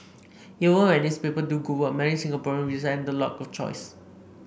even when its paper do good work many Singaporeans resent the lack of choice